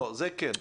זה כן.